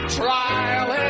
trial